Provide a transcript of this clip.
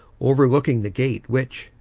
overlooking the gate which,